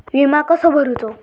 विमा कसो भरूचो?